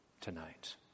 tonight